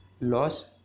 Loss